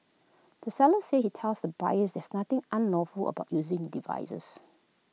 the seller said he tells the buyers there's nothing unlawful about using devices